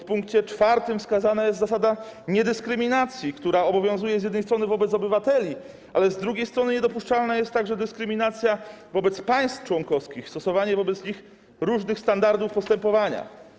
W pkt 4 wskazana jest zasada niedyskryminacji, która obowiązuje z jednej strony wobec obywateli, ale z drugiej strony niedopuszczalna jest także dyskryminacja wobec państw członkowskich, stosowanie wobec nich różnych standardów postępowania.